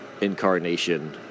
incarnation